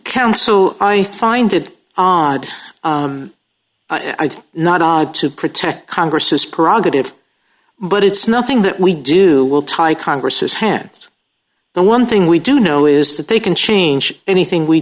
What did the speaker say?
counsel i find it odd not to protect congress prerogative but it's nothing that we do will tie congress's hands the one thing we do know is that they can change anything we